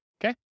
Okay